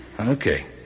Okay